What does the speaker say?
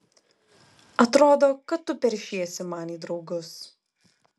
atrodo kad tu peršiesi man į draugus